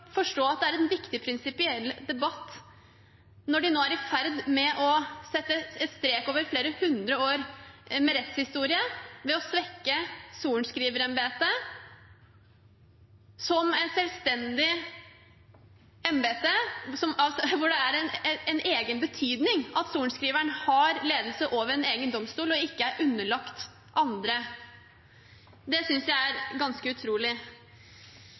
forstå at det er en viktig prinsipiell debatt når de nå er i ferd med å sette strek over flere hundre år med rettshistorie ved å svekke sorenskriverembetet som et selvstendig embete, hvor det har en egen betydning at sorenskriveren har ledelse over en egen domstol og ikke er underlagt andre, synes jeg er ganske utrolig.